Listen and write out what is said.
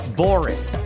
boring